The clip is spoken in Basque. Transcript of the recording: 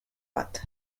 bat